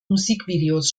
musikvideos